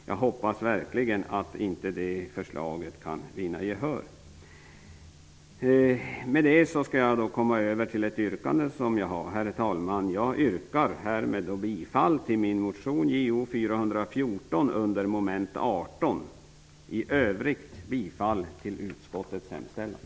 Jag hoppas verkligen att det förslaget inte kommer att vinna gehör. Med detta vill jag, herr talman, yrka bifall till min motion Jo414 under mom. 18, och i övrigt yrkar jag bifall till utskottets hemställan.